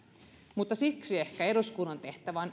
mutta siksi ehkä eduskunnan tehtävä